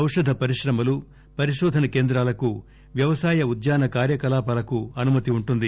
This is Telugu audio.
ఔషధ పరిశ్రమలు పరిశోధన కేంద్రాలకు వ్యవసాయ ఉద్యాన కార్యకలాపాలకు అనుమతి ఉంటుంది